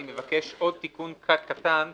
אני מבקש עוד תיקון קטן בחוק,